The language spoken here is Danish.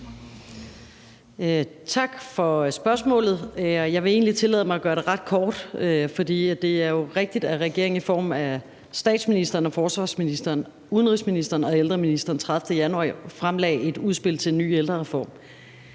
Tak for spørgsmålet. Jeg vil egentlig tillade mig at gøre det ret kort, for det er jo rigtigt, at regeringen i form af statsministeren, forsvarsministeren, udenrigsministeren og ældreministeren den 30. januar fremlagde et udspil til en ny ældrereform.